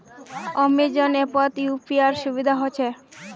Amazon ऐपत यूपीआईर सुविधा ह छेक